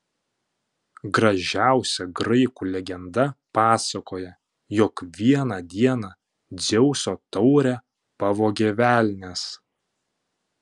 gražiausia graikų legenda pasakoja jog vieną dieną dzeuso taurę pavogė velnias